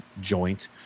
joint